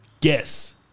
Guess